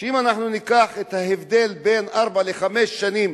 אם ניקח את ההבדל בין ארבע לחמש שנים